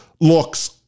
looks